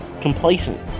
complacent